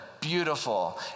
beautiful